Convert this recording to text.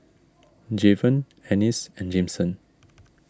Javen Ennis and Jameson